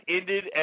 ended